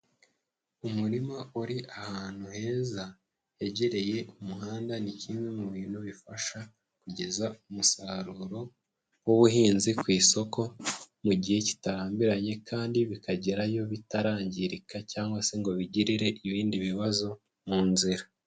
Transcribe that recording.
Umurima uri ahantu heza hegereye umuhanda ni kimwe mu bintu bifasha, kugeza umusaruro w'ubuhinzi ku isoko mu gihe kitarambiranye, kandi bikagerayo bitarangirika cyangwa se ngo bigirire ibindi bibazo mu nzira.